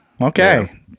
Okay